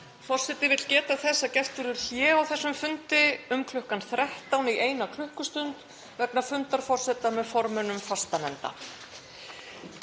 Forseti vill geta þess að gert verður hlé á þessum fundi um kl. 13 í eina klukkustund vegna fundar forseta með formönnum fastanefnda.